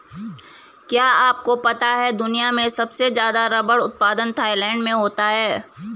क्या आपको पता है दुनिया में सबसे ज़्यादा रबर उत्पादन थाईलैंड में होता है?